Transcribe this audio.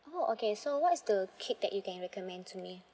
oh okay so what is the cake that you can recommend to me